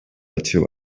açığı